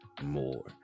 more